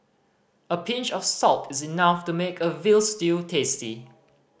a pinch of salt is enough to make a veal stew tasty